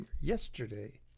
yesterday